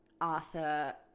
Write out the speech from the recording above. Arthur